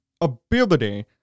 ability